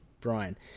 brian